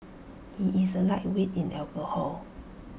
he is A lightweight in alcohol